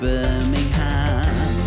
Birmingham